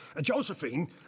Josephine